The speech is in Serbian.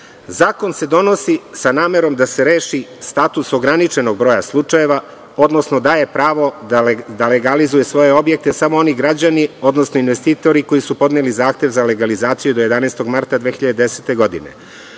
se donosi sa namerom da se reši status ograničenog broja slučajeva, odnosno daje pravo da legalizuju svoje objekte samo oni građani, odnosno investitori koji su podneli zahtev za legalizaciju do 11. marta 2010. godine,